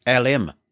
LM